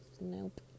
nope